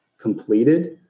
completed